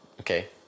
Okay